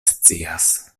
scias